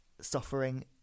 suffering